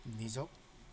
নিজক